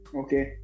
okay